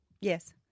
Yes